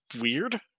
weird